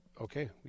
okay